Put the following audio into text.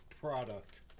product